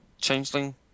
Changeling